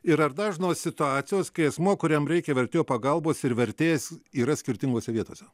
ir ar dažnos situacijos kai asmuo kuriam reikia vertėjo pagalbos ir vertėjas yra skirtingose vietose